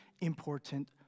important